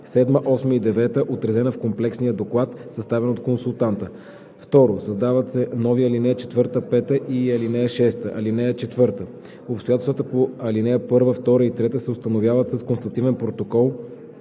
7, 8 и 9, отразена в комплексния доклад, съставен от консултанта.“ 2. Създават се нови ал. 4 и 5 и ал. 6: „(4) Обстоятелствата по ал. 1, 2 и 3 се установяват с констативен протокол,